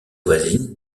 voisine